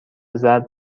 زرد